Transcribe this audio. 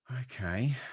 Okay